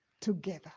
together